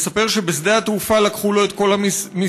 הוא מספר שבשדה התעופה לקחו לו את כל המסמכים.